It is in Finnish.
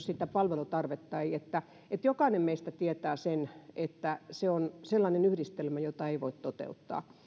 sitä palvelutarvetta arvioidaan jokainen meistä tietää sen että se on sellainen yhdistelmä jota ei voi toteuttaa